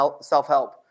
self-help